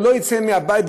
הוא לא יצא מהבית,